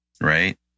right